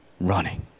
running